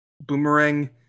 boomerang